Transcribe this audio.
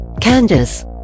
candace